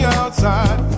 outside